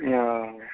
ओ